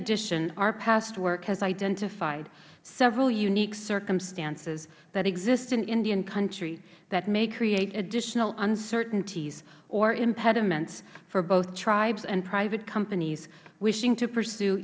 addition our past work has identified several unique circumstances that exist in indian country that may create additional uncertainties or impediments for both tribes and private companies wishing to pursue